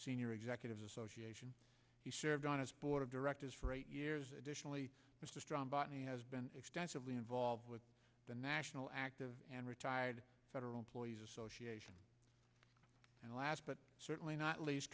senior executives association he served on his board of directors for eight years additionally mr strong botany has been extensively involved with the national active and retired federal employees association and last but certainly not leas